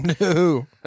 No